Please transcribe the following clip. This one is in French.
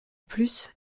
plus